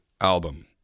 album